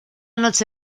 noche